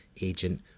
agent